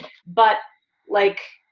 but like,